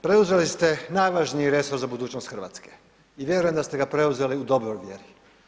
Preuzeli ste najvažniji resor za budućnost Hrvatske i vjerujem da ste ga preuzeli u dobroj vjeri.